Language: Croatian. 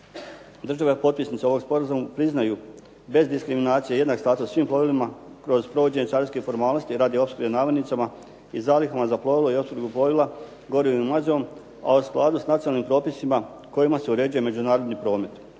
Države potpisnice ovog sporazuma priznaju bez diskriminacije jednak status svim plovilima kroz provođenje carinske formalnosti radi opskrbe namirnicama i zalihama za plovila i opskrbu plovila gorivnim mazivom a u skladu s nacionalnim propisima kojima se uređuje međunarodni promet.